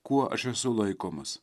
kuo aš esu laikomas